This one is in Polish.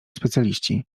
specjaliści